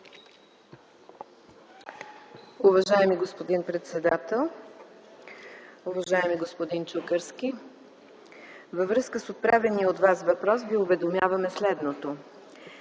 Уважаеми господин председател, уважаеми господин Чукарски! Във връзка с отправения от Вас въпрос Ви уведомяваме следното.